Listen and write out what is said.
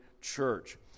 church